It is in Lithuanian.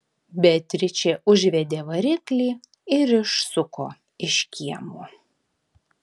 beatričė užvedė variklį ir išsuko iš kiemo